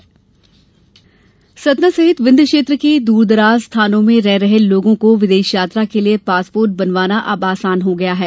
passport Satna सहित विंध्य क्षेत्र के दूरदराज स्थानों में रह रहे लोगों को विदेश यात्रा के लिए पासपोर्ट बनवाना अब आसान हो गया है